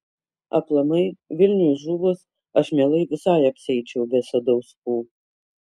aplamai vilniui žuvus aš mielai visai apsieičiau be sadauskų